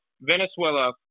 Venezuela